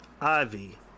ivy